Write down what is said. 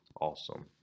awesome